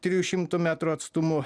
trijų šimtų metrų atstumu